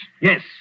Yes